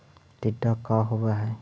टीडा का होव हैं?